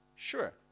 Sure